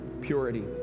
purity